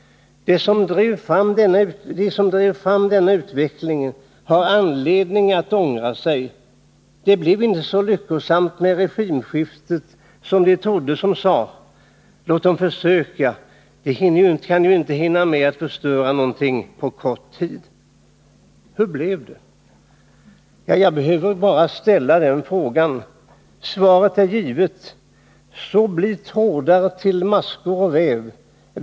De som drev fram denna utveckling har anledning att ångra sig. Det blev inte så lyckosamt med regimskiftet som de trodde som sade: Låt dem försöka, de kan ju inte hinna förstöra något på kort tid. Hur blev det? Jag behöver bara ställa den frågan. Svaret är givet. Trådar blir till maskor och väv.